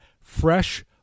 fresh